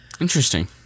Interesting